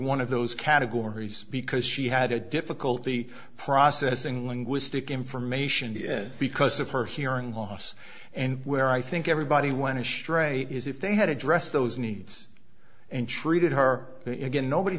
one of those categories because she had a difficulty processing linguistic information did because of her hearing loss and where i think everybody went to stray it is if they had addressed those needs and treated her again nobody